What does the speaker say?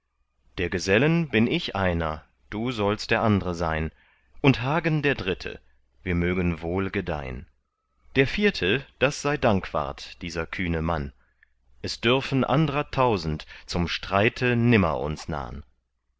der gesellen bin ich einer du sollst der andre sein und hagen der dritte wir mögen wohl gedeihn der vierte das sei dankwart dieser kühne mann es dürfen andrer tausend zum streite nimmer uns nahn